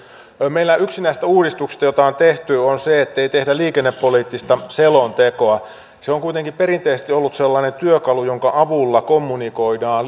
meillä yksi näistä uudistuksista joita on tehty on se ettei tehdä liikennepoliittista selontekoa se on kuitenkin perinteisesti ollut sellainen työkalu jonka avulla kommunikoidaan